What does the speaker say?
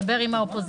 לדבר עם האופוזיציה,